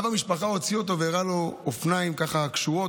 ואב המשפחה הוציא אותו והראה לו אופניים קשורים,